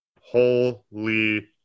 holy